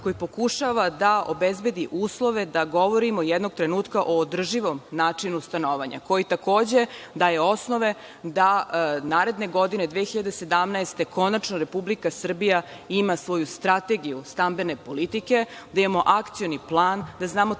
koji pokušava da obezbedi uslove da govorimo, jednog trenutka, o održivom načinu stanovanja, a koji takođe daje osnove da naredne godine, 2017. godine, konačno Republika Srbija ima svoju Strategiju stambene politike, da imamo Akcioni plan, da znamo